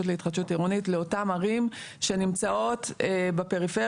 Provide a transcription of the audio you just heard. להתחדשות עירונית לאותן ערים שנמצאות בפריפריה,